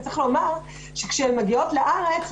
צריך לומר שכשהן מגיעות לארץ,